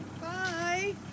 Bye